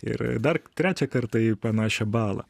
ir dar trečią kartą į panašią balą